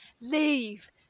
leave